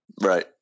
Right